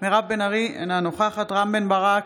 מירב בן ארי, אינה נוכחת רם בן ברק,